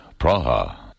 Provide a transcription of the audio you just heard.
Praha